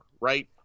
right